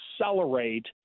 accelerate